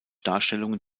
darstellungen